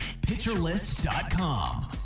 PitcherList.com